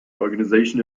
organization